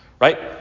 right